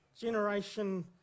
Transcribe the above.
generation